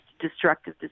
Destructive